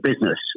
business